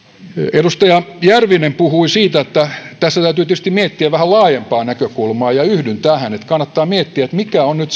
edustaja järvinen puhui siitä että tässä täytyy tietysti miettiä vähän laajempaa näkökulmaa ja yhdyn tähän että kannattaa miettiä mikä on nyt